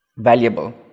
valuable